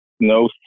no